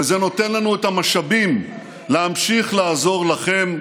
וזה נותן לנו את המשאבים להמשיך לעזור לכם,